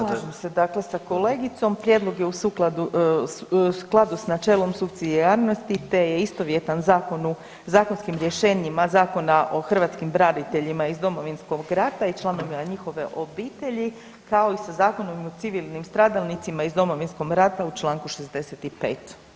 Slažem se dakle sa kolegicom prijedlog je u sukladu, u skladu s načelom supsidijarnosti te je istovjetan zakonu, zakonskim rješenjima Zakona o hrvatskim braniteljima iz Domovinskog rata i članovima njihove obitelji, kao i sa Zakonom o civilnim stradalnicima iz Domovinskog rata u čl. 65.